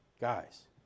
Guys